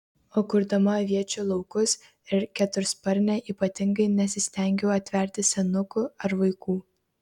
o kurdama aviečių laukus ir ketursparnę ypatingai nesistengiau atverti senukų ar vaikų